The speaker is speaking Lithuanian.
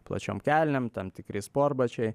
plačiom kelnėm tam tikri sportbačiai